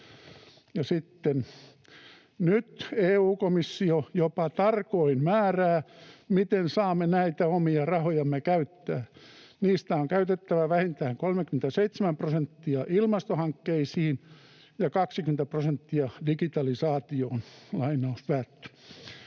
”Nyt EU-komissio jopa tarkoin määrää, miten saamme näitä omia rahojamme käyttää. Niistä on käytettävä vähintään 37 prosenttia ilmastohankkeisiin ja 20 prosenttia digitalisaatioon." Eli te jätitte